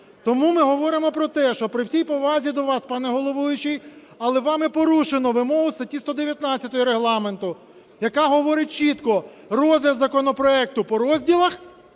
Тому ми говоримо про те, що при всій повазі до вас, пане головуючий, але вами порушено вимогу статті 119 Регламенту, яка говорить чітко: розгляд законопроекту по розділах,